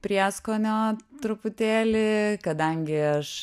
prieskonio truputėlį kadangi aš